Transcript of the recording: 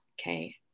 Okay